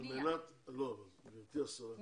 גברתי השרה,